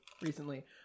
recently